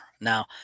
Now